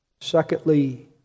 Secondly